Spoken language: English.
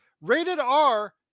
Rated-R